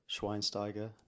Schweinsteiger